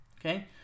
Okay